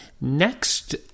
next